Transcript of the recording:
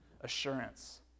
assurance